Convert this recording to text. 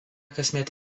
kasmet